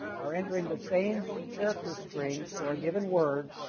are entering the same so character string for a given word,